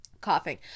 coughing